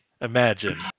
imagine